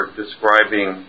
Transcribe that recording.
describing